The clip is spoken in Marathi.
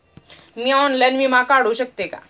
मी ऑनलाइन विमा काढू शकते का?